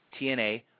TNA